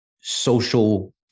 social